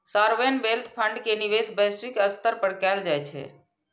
sovereign wealth fund के निवेश वैश्विक स्तर पर कैल जाइ छै